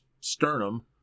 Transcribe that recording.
sternum